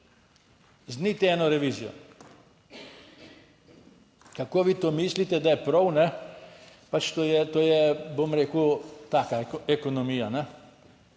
niti eno revizijo. Kako vi to mislite, da je prav, pač to je, bom rekel, taka ekonomija